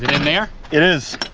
in there? it is,